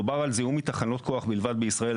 מדובר על זיהום מתחנות כוח בלבד בישראל,